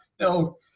no